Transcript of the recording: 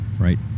right